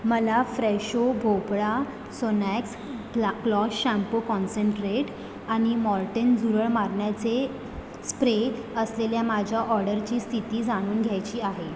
मला फ्रेशो भोपळा सोनॅक्स क्ला क्लॉस शॅम्पू कॉन्सन्ट्रेट आणि मॉर्टेन झुरळ मारण्याचे स्प्रे असलेल्या माझ्या ऑर्डरची स्थिती जाणून घ्यायची आहे